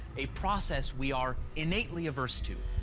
a process we are innately averse to.